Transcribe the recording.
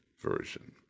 Version